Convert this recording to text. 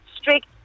strict